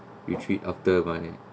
retreat after my